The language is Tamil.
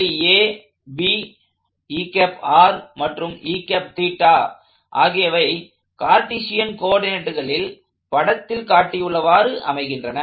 புள்ளி A B மற்றும் ஆகியவை கார்டீஷியன் கோஆர்டினேட்க்களில் படத்தில் காட்டியுள்ளவாறு அமைகின்றன